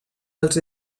els